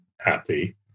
happy